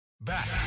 Back